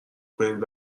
کنید